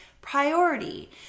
priority